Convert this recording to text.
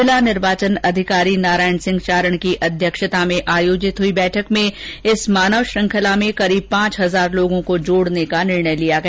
जिला निर्वाचन अधिकारी नारायण सिंह चारण की अध्यक्षता में आयोजित हई बैठक में इस मानव श्रंखला में करीब पांच हजार लोगों को जोड़ने का निर्णय लिया गया